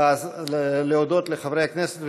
אז להודות לחברי הכנסת,